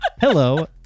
Hello